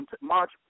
march